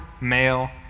male